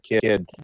kid